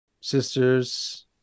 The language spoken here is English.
sisters